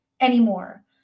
anymore